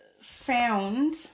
found